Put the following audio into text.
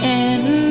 end